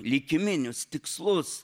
likiminius tikslus